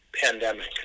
pandemic